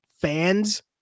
fans